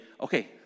okay